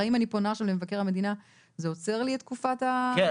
אם אני פונה עכשיו למבקר המדינה זה עוצר לי את תקופת ה --- כן,